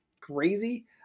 crazy